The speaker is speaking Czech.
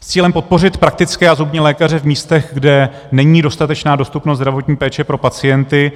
S cílem podpořit praktické a zubní lékaře v místech, kde není dostatečná dostupnost zdravotní péče pro pacienty,